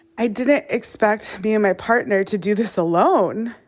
i didn't expect me and my partner to do this alone.